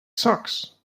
socks